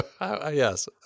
Yes